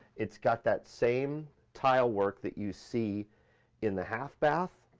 it's got that same tile-work that you see in the half bath,